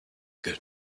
good